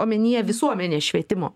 omenyje visuomenės švietimo